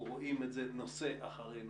אנחנו רואים את זה נושא אחרי נושא.